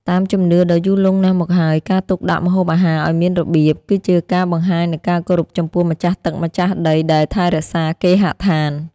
តាមជំនឿដ៏យូរលង់ណាស់មកហើយការទុកដាក់ម្ហូបអាហារឱ្យមានរបៀប គឺជាការបង្ហាញនូវការគោរពចំពោះម្ចាស់ទឹកម្ចាស់ដីដែលថែរក្សាគេហដ្ឋាន។